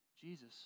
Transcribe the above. Jesus